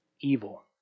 evil